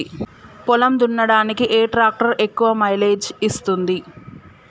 పొలం దున్నడానికి ఏ ట్రాక్టర్ ఎక్కువ మైలేజ్ ఇస్తుంది?